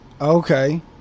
okay